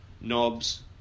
knobs